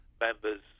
members